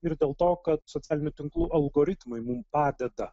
ir dėl to kad socialinių tinklų algoritmai mum padeda